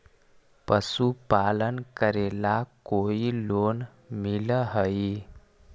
पशुपालन करेला कोई लोन मिल हइ?